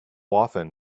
often